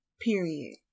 Period